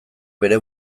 bere